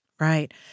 Right